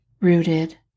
rooted